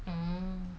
mm